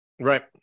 Right